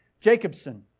Jacobson